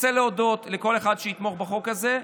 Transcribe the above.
רוצה להודות לכל אחד שיתמוך בחוק הזה,